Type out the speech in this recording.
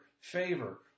favor